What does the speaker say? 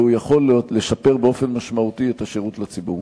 והוא יכול לשפר באופן משמעותי את השירות לציבור.